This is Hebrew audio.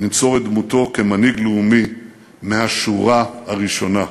ננצור את דמותו כמנהיג לאומי מהשורה הראשונה.